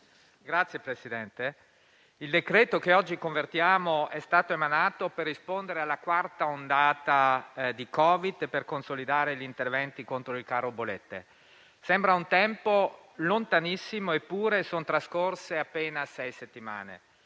Signor Presidente, il decreto che oggi convertiamo è stato emanato per rispondere alla quarta ondata di Covid-19 e per consolidare gli interventi contro il caro bollette. Sembra un tempo lontanissimo, eppure sono trascorse appena sei settimane.